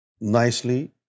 nicely